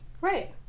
Right